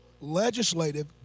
legislative